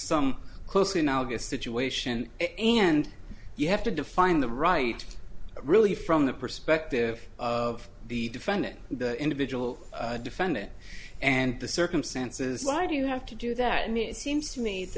some closely analogous situation and you have to define the right really from the perspective of the defendant the individual defendant and the circumstances why do you have to do that and it seems to me